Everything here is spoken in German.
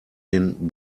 den